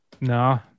No